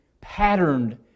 patterned